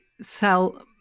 sell